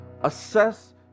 assess